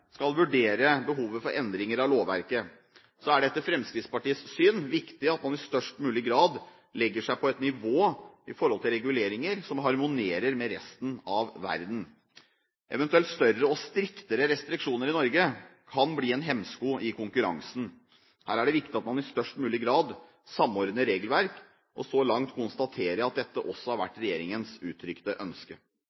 skal vurdere behovet for endringer av lovverket, er det etter Fremskrittspartiets syn viktig at man i størst mulig grad legger seg på et nivå når det gjelder reguleringer, som harmonerer med resten av verden. Eventuelt større og striktere restriksjoner i Norge kan bli en hemsko i konkurransen. Her er det viktig at man i størst mulig grad samordner regleverk, og så langt konstaterer jeg at dette også har